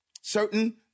certain